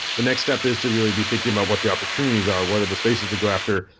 the next step is to really be thinking about what the opportunities are. what are the spaces to go after?